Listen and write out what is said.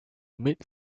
mid